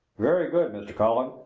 very good, mr. cullen,